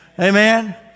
Amen